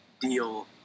deal